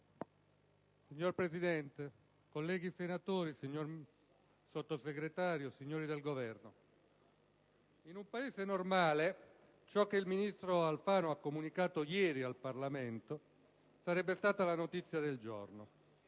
Signor Presidente, colleghi senatori, signor Sottosegretario, signori del Governo, in un Paese normale ciò che il ministro Alfano ha comunicato ieri al Parlamento sarebbe stata la notizia del giorno.